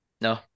no